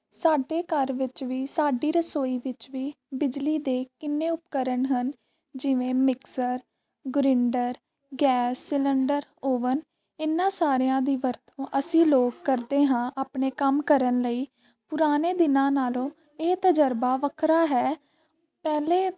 ਸਾਡੇ ਘਰ ਵਿੱਚ ਵੀ ਸਾਡੀ ਰਸੋਈ ਵਿੱਚ ਵੀ ਬਿਜਲੀ ਦੇ ਕਿੰਨੇ ਉਪਕਰਨ ਹਨ ਜਿਵੇਂ mixer grinder gas cylinder oven ਇਨ੍ਹਾਂ ਸਾਰਿਆਂ ਦੀ ਵਰਤੋਂ ਅਸੀਂ ਲੋਕ ਕਰਦੇ ਹਾਂ ਆਪਣੇ ਕੰਮ ਕਰਨ ਲਈ ਪੁਰਾਣੇ ਦਿਨਾਂ ਨਾਲੋਂ ਇਹ ਤਜ਼ਰਬਾ ਵੱਖਰਾ ਹੈ ਪਹਿਲੇ